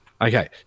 Okay